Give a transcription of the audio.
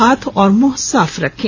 हाथ और मुंह साफ रखें